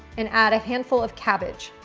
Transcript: and add a handful of cabbage.